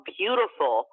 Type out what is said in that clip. beautiful